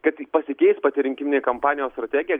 kad pasikeis pati rinkiminė kampanijos strategija